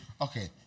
okay